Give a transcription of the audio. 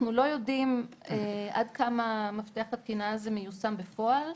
אנחנו לא יודעים עד כמה מפתח התקינה הזה מיושם בפועל.